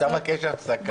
אפשר לבקש הפסקה?